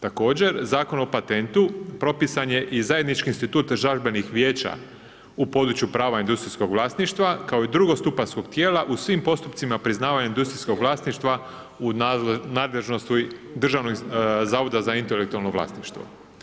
Također Zakon o patentu propisan je zajednički institut žalbenih vijeća u području prava industrijskog vlasništva kao i drugostupanjskog tijela u svim postupcima priznavanja industrijskog vlasništva u nadležnosti Državnog zavoda za intelektualno vlasništvo.